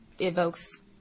evokes